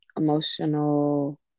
Emotional